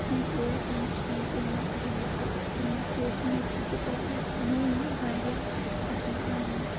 یِم ٲسۍ یِم چیٖز یِم مےٚ تۄہہِ برونٛہہ کَن ایٚکٕسپٕلین کٔر اُمید چھِ کہِ تۄہہِ آسہِ نو یِم واریاہ پَسنٛد آمٕتۍ